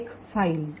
makefile